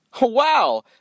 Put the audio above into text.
Wow